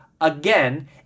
again